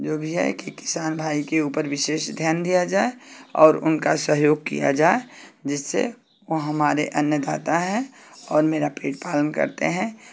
जो भी है कि किसान भाई के ऊपर विशेष ध्यान दिया जाए और उनका सहयोग किया जाए जिससे वो हमारे अन्नदाता हैं और मेरा पेट पालन करते हैं